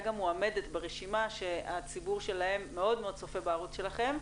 גם מועמדת לרשימה שהציבור שלהם מאוד מאוד צופה בערוץ שלכם,